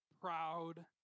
proud